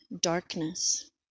darkness